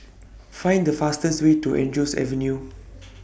Find The fastest Way to Andrews Avenue